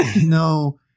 No